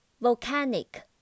Volcanic